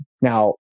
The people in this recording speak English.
Now